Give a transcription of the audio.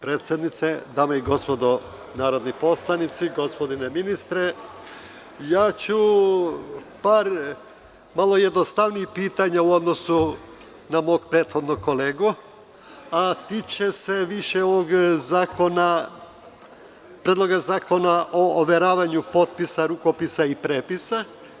Predsednice, dame i gospodo narodni poslanici, gospodine ministre, postaviću par malo jednostavnijih pitanja u odnosu na mog prethodnog kolegu, a tiče se više ovog predloga zakona o overavanju potpisa, rukopisa i prepisa.